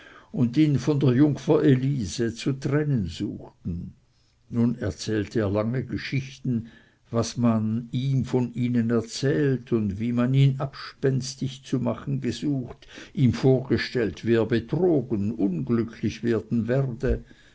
und ihn von jungfer elise zu trennen suchten nun erzählte er lange geschichten was man ihm von ihnen erzählt und wie man ihn abspenstig zu machen gesucht ihm vorgestellt wie er betrogen unglücklich werden werde